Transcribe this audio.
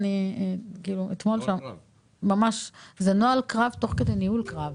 זה נוהל קרב תוך כדי ניהול קרב.